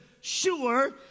sure